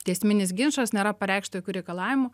teisminis ginčas nėra pareikšta jokių reikalavimų